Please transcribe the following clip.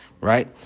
Right